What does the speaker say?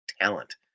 talent